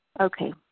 okay